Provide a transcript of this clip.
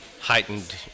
heightened